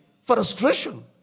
frustration